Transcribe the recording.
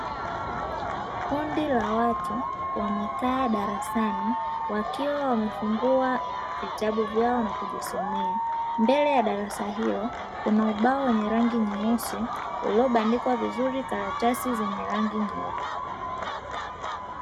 Kundi la watu wamekaa darasani, wakiwa wamefungua vitabu vyao na kujisomea, mbele ya darasa hilo kuna ubao wenye rangi nyeusi uliobandikwa vizuri karatasi zenye rangi nyeupe.